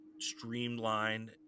streamlined